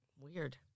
Weird